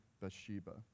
Bathsheba